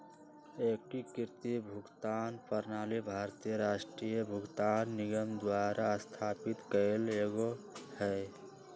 एकीकृत भुगतान प्रणाली भारतीय राष्ट्रीय भुगतान निगम द्वारा स्थापित कएल गेलइ ह